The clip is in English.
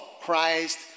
Christ